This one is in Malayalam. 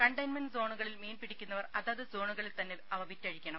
കണ്ടെയ്ൻമെന്റ് സോണുകളിൽ മീൻ പിടിക്കുന്നവർ അതാത് സോണുകളിൽ തന്നെ അവ വിറ്റഴിക്കണം